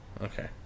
Okay